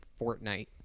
Fortnite